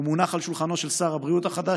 הוא מונח על שולחנו של שר הבריאות החדש.